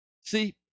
see